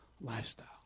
lifestyle